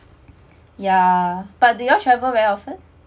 ya but do you all travel very often